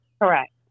Correct